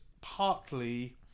partly